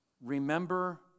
Remember